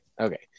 Okay